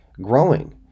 growing